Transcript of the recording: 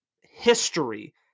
history